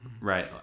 right